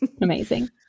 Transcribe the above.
Amazing